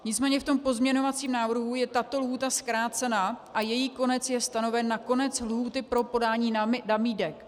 Nicméně v pozměňovacím návrhu je tato lhůta zkrácena a její konec je stanoven na konec lhůty pro podání nabídek.